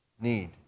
need